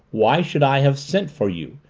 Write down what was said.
why should i have sent for you?